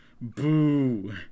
Boo